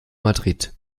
madrid